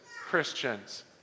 Christians